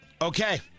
Okay